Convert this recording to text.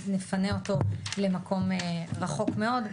נפנה אותו למקום רחוק מאוד,